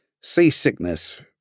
seasickness